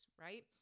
right